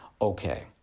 okay